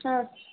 ಹಾಂ